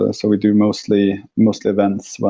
ah so we do mostly mostly events,